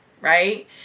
right